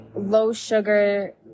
low-sugar